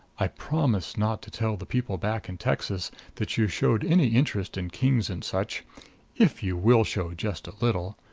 i promise not to tell the people back in texas that you showed any interest in kings and such if you will show just a little.